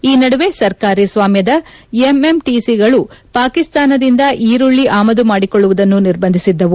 ಈ ನಡುವೆ ಸರಕಾರಿ ಸ್ನಾಮ್ನದ ಎಂಎಂಟಿಸಿಗಳು ಪಾಕಿಸ್ತಾನದಿಂದ ಈರುಳ್ಳಿ ಆಮದು ಮಾಡಿಕೊಳ್ಳುವುದನ್ನು ನಿರ್ಬಂಧಿಸಿದ್ದವು